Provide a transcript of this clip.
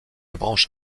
branche